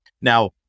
Now